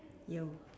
you